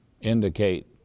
indicate